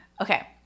Okay